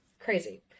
Crazy